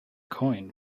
coin